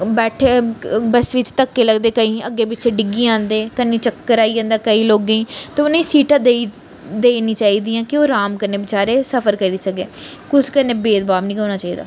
बैठे बस्स बिच्च धक्के लगदे केईं अग्गें पिच्छें डिग्गी जंदे कन्नै चक्कर आई जंंदा केईं लोगें गी ते उ'नेंगी सीटां देई देई उड़नियां चाहिदियां कि ओह् अराम कन्नै बेचारे सफर करी सकै कुसै कन्नै भेदभाव नी होना चाहि्दा